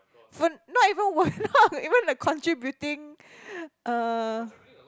for not even one even the contributing err